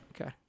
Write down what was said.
Okay